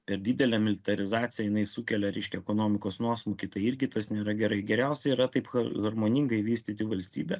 per didelė militarizacija jinai sukelia reiškia ekonomikos nuosmukį tai irgi tas nėra gerai geriausia yra taip harmoningai vystyti valstybę